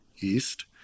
East